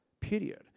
period